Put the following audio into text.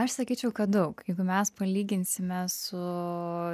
aš sakyčiau kad daug jeigu mes palyginsime su